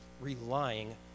relying